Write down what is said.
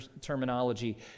terminology